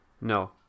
No